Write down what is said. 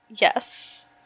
Yes